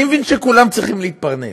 אני מבין שכולם צריכים להתפרנס,